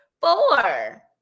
four